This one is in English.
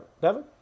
Devin